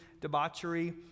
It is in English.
debauchery